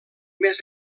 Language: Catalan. més